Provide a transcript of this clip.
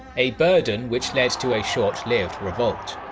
a burden which led to a short-lived revolt.